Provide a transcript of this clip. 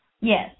Yes